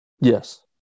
Yes